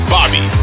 Bobby